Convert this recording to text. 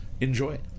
Enjoy